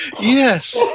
Yes